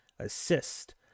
assist